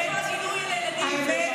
איפה הגינוי על הילדים באוטו?